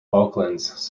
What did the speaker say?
falklands